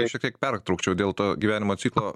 šiek tiek pertraukčiau dėl to gyvenimo ciklo